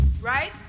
Right